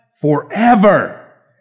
forever